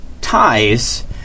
ties